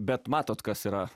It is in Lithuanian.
bet matot kas yra